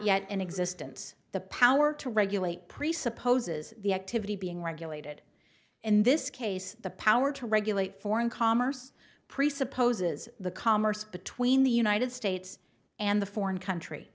yet in existence the power to regulate presupposes the activity being regulated in this case the power to regulate foreign commerce presupposes the commerce between the united states and the foreign country